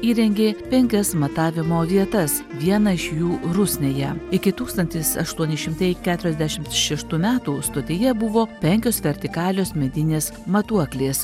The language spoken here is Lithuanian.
įrengė penkias matavimo vietas vieną iš jų rusnėje iki tūkstantis aštuoni šimtai keturiasdešimt šeštų metų stotyje buvo penkios vertikalios medinės matuoklės